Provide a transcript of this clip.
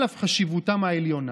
על אף חשיבותם העליונה,